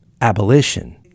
abolition